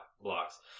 blocks